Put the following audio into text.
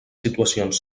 situacions